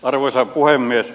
arvoisa puhemies